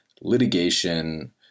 litigation